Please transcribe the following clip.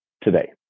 today